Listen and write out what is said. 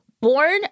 Born